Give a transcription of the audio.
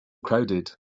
crowded